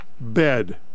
bed